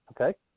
Okay